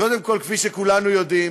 קודם כול, כפי שכולנו יודעים,